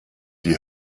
die